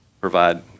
provide